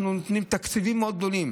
אנחנו נותנים תקציבים מאוד גדולים,